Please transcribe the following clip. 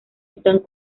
están